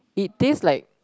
it taste like